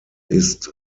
ist